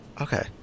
Okay